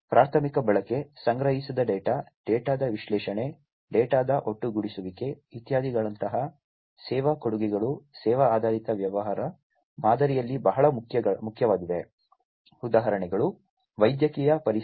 ಪ್ರಾಥಮಿಕ ಬಳಕೆ ಸಂಗ್ರಹಿಸಿದ ಡೇಟಾ ಡೇಟಾದ ವಿಶ್ಲೇಷಣೆ ಡೇಟಾದ ಒಟ್ಟುಗೂಡಿಸುವಿಕೆ ಇತ್ಯಾದಿಗಳಂತಹ ಸೇವಾ ಕೊಡುಗೆಗಳು ಸೇವಾ ಆಧಾರಿತ ವ್ಯವಹಾರ ಮಾದರಿಯಲ್ಲಿ ಬಹಳ ಮುಖ್ಯವಾಗಿವೆ ಉದಾಹರಣೆಗಳು ವೈದ್ಯಕೀಯ ಪರಿಸರಗಳು